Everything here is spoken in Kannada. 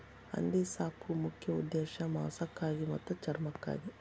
ಹಂದಿ ಸಾಕು ಮುಖ್ಯ ಉದ್ದೇಶಾ ಮಾಂಸಕ್ಕಾಗಿ ಮತ್ತ ಚರ್ಮಕ್ಕಾಗಿ